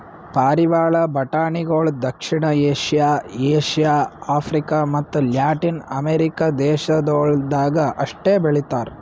ಪಾರಿವಾಳ ಬಟಾಣಿಗೊಳ್ ದಕ್ಷಿಣ ಏಷ್ಯಾ, ಏಷ್ಯಾ, ಆಫ್ರಿಕ ಮತ್ತ ಲ್ಯಾಟಿನ್ ಅಮೆರಿಕ ದೇಶಗೊಳ್ದಾಗ್ ಅಷ್ಟೆ ಬೆಳಿತಾರ್